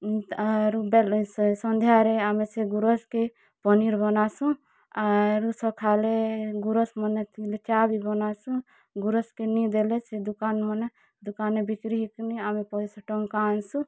ଆରୁ ବେଲ୍ ସେ ସନ୍ଧ୍ୟାରେ ସେ ଗୁରସ୍କେ ପନିର୍ ବାନାସୁଁ ଆର୍ ସକାଲେ ଗୁରସ୍ ମାନେ ଚା ବି ବାନାସୁଁ ଗୁରସ୍କେ ନି ଦେଲେ ସେ ଦୁକାନ୍ ମନେ ଦୁକାନେ ବିକ୍ରି ହେଇକିରି ଆମେ ପଏସା ଟଙ୍କା ଆନ୍ସୁଁ